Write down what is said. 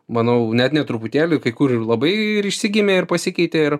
manau net ne truputėlį kai kur ir labai išsigimė ir pasikeitė ir